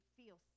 feel